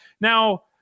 Now